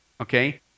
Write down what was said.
Okay